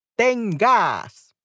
Tengas